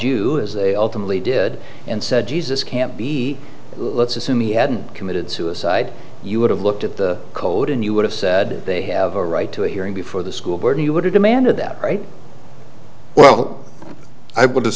you as they ultimately did and said jesus can't be let's assume he hadn't committed suicide you would have looked at the code and you would have said they have a right to a hearing before the school board he would have demanded that right well i would have